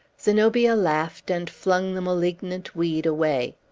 zenobia laughed, and flung the malignant weed away.